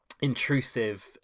intrusive